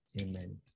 Amen